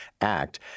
Act